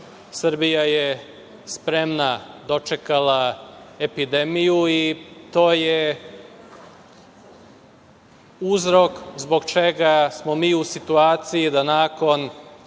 Srbija je spremna dočekala epidemiju i to je uzrok zbog čega smo mi u situaciji da nakon